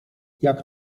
jak